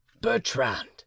Bertrand